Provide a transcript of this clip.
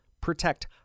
Protect